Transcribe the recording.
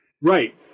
Right